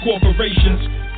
corporations